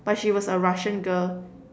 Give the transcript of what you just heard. but she was a Russian girl